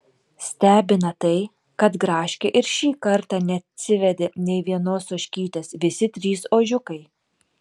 stebina tai kad gražkė ir šį kartą neatsivedė nė vienos ožkytės visi trys ožkiukai